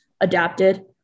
adapted